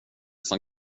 som